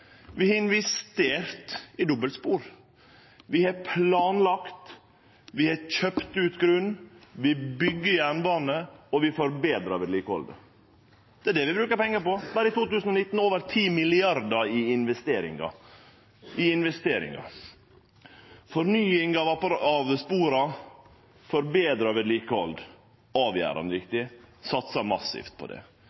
Vi har investert i dobbeltspor. Vi har planlagt, vi har kjøpt ut grunn, vi byggjer jernbane, og vi betrar vedlikehaldet. Det er det vi brukar pengar på – berre i 2019 over 10 mrd. kr i investeringar, fornying av spor, betra vedlikehald. Det er avgjerande